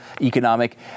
economic